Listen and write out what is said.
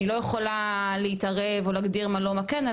אני לא יכולה להתערב ולהגדיר מה לא ומה כן.